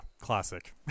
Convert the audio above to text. Classic